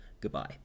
goodbye